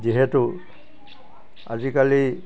যিহেতু আজিকালি